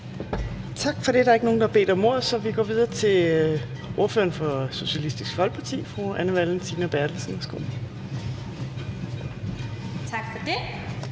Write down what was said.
Tak for det. Der er ikke nogen, der har bedt om ordet. Så vi går videre til ordføreren for Socialistisk Folkeparti, fru Anne Valentina Berthelsen. Værsgo. Kl.